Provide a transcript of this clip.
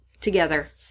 together